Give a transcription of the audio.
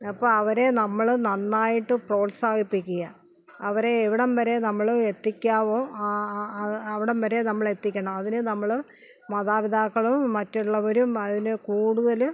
അപ്പോൾ അവരെ നമ്മൾ നന്നായിട്ട് പ്രേത്സാഹിപ്പിക്കിക അവരെ എവിടെ വരെ നമ്മൾ എത്തിക്കാമോ അവിടം വരെ നമ്മൾ എത്തിക്കണം അതിന് നമ്മൾ മാതാപിതക്കളും മറ്റുള്ളവരും അതിൽ കൂടുതൽ